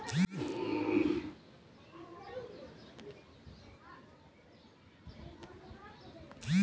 सिंचाई पम्पिंगसेट, नदी, आउर तालाब क पानी से ढेर होत हौ